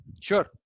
Sure